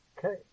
Okay